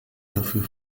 dafür